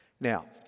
Now